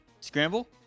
Scramble